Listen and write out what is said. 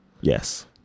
Yes